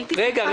רגע.